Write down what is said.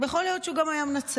יכול להיות שהוא גם היה מנצח.